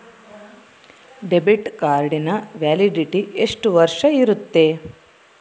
Debit ಕಾರ್ಡಿನ validity ಎಷ್ಟು ವರ್ಷ ಇರುತ್ತೆ?